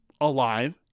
alive